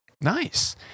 Nice